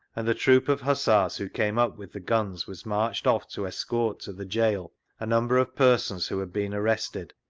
and the troop of hussars who came up with the guns was marched off to escort to the gaol a number of persons who had been arrested,